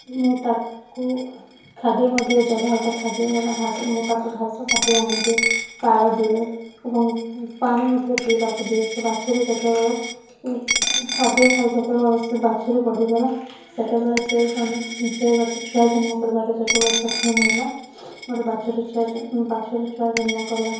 ମୁଁ ତାକୁ ଖାଦ୍ୟ ମଧ୍ୟ ଯୋଗାଏ ତା ଖାଦ୍ୟ ହେଲା ଘାସ ମୁଁ ତାକୁ ଘାସ କାଟି ଆଣି ଦିଏ ପାଳ ଦିଏ ଏବଂ ପାଣି ମଧ୍ୟ ପିଇବାକୁ ଦିଏ ସେ ବାଛୁରୀ ଯେତେବେଳେ ଖାଦ୍ୟ ଖାଏ ଯେତେବେଳେ ସେ ବାଛୁରୀ ବଢ଼ିଗଲା ସେତେବେଳେ ସେ ଜଣେ ସେ ଗୋଟେ ଛୁଆ ଜନ୍ମ କରିବାରେ ଯେତେବେଳେ ସକ୍ଷମ ହେଲା ଗୋଟେ ବାଛୁରୀ ଛୁଆ ବାଛୁରୀ ଛୁଆ ଜନ୍ମ କଲା